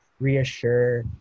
reassure